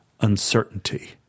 uncertainty